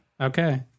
Okay